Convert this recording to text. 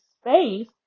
space